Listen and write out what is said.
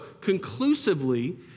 conclusively